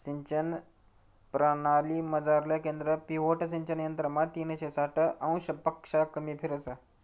सिंचन परणालीमझारलं केंद्र पिव्होट सिंचन यंत्रमा तीनशे साठ अंशपक्शा कमी फिरस